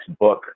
book